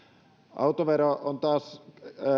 autovero on taas